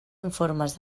informes